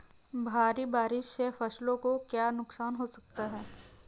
भारी बारिश से फसलों को क्या नुकसान हो सकता है?